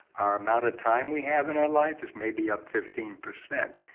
our amount of time we have in our life is maybe up fifteen percent.